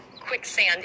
quicksand